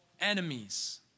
enemies